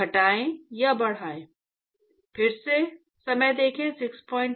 घटाएं या बढ़ाएं